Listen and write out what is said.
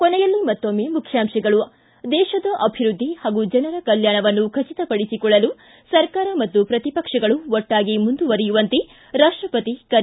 ಕೊನೆಯಲ್ಲಿ ಮತ್ತೊಮ್ನೆ ಮುಖ್ಯಾಂಶಗಳು ್ಟಿ ದೇಶದ ಅಭಿವೃದ್ಧಿ ಹಾಗೂ ಜನರ ಕಲ್ಯಾಣವನ್ನು ಖಚಿತಪಡಿಸಿಕೊಳ್ಳಲು ಸರ್ಕಾರ ಮತ್ತು ಪ್ರತಿಪಕ್ಷಗಳು ಒಟ್ಟಾಗಿ ಮುಂದುವರಿಯುವಂತೆ ರಾಷ್ಟಪತಿ ಕರೆ